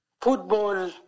football